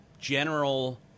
general